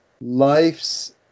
life's